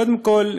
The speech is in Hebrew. קודם כול,